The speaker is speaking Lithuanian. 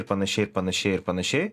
ir panašiai ir panašiai ir panašiai